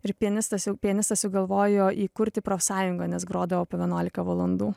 ir pianistas jau pianistas jau galvojo įkurti profsąjungą nes grodavo po vienuolika valandų